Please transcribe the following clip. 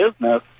business